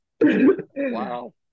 Wow